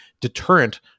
deterrent